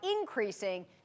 increasing